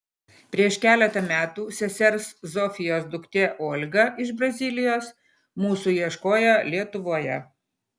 prieš keletą metų sesers zofijos duktė olga iš brazilijos mūsų ieškojo lietuvoje